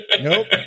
Nope